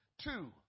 Two